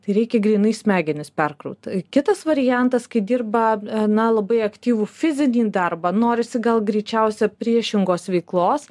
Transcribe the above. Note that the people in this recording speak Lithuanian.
tai reikia grynai smegenis perkrauti kitas variantas kai dirba na labai aktyvų fizinį darbą norisi gal greičiausia priešingos veiklos